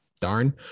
darn